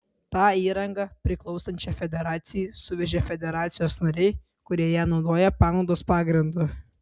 tą įrangą priklausančią federacijai suvežė federacijos nariai kurie ją naudoja panaudos pagrindu